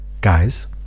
guys